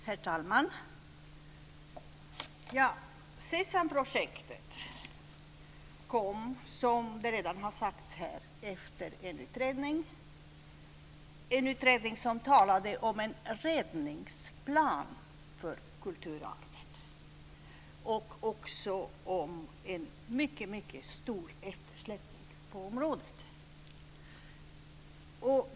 Herr talman! SESAM-projektet kom, som redan har sagts här, efter en utredning som talade om en räddningsplan för kulturarvet och också om en mycket stor eftersläpning på området.